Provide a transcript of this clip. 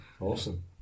awesome